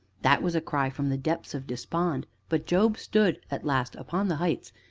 that was a cry from the depths of despond but job stood, at last, upon the heights,